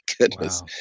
goodness